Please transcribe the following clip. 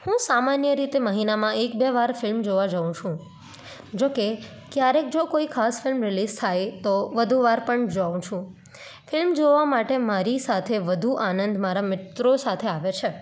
હું સામાન્ય રીતે મહિનામાં એક બે વાર ફિલ્મ જોવા જાઉં છું જો કે ક્યારેક જો કોઈ ખાસ ફિલ્મ રિલીઝ થાય તો વધુ વાર પણ જાઉં છું ફિલ્મ જોવા માટે મારી સાથે વધુ આનંદ મારા મિત્રો સાથે આવે છે